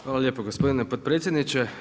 Hvala lijepo gospodine potpredsjedniče.